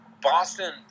Boston